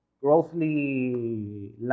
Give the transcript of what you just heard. grossly